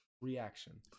reaction